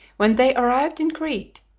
when they arrived in crete,